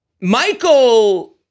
Michael